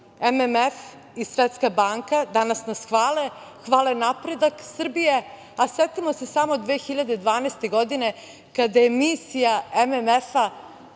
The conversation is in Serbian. MMF i Svetska banka hvale, hvale napredak Srbije. Setimo se samo 2012. godine kada je misija MMF